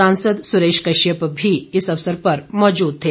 सांसद सुरेश कश्यप भी इस अवसर पर मौजूद थे